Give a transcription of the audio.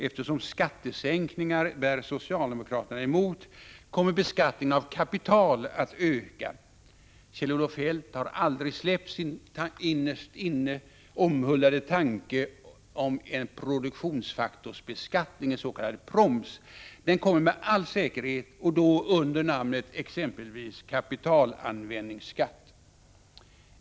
Eftersom skattesänkningar bär socialdemokraterna emot, kommer beskattningen av kapital att öka. Kjell-Olof Feldt har aldrig släppt sin innerst inne omhuldade tanke på en produktionsfaktorbeskattning, en s.k. proms. Den kommer med all säkerhet och då exempelvis under namnet kapitalanvändningsskatt.